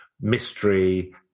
mystery